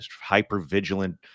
hyper-vigilant